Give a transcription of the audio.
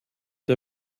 der